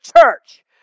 church